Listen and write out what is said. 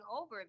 over